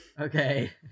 Okay